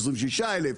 26,000,